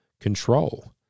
control